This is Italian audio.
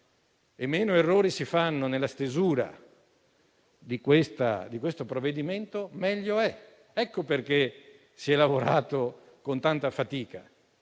e meno errori si fanno nella stesura del provvedimento e meglio è. Ecco perché si è lavorato con tanta fatica.